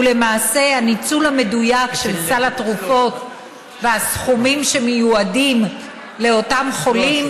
ולמעשה הניצול המדויק של סל התרופות והסכומים שמיועדים לאותם חולים